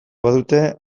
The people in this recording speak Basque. badute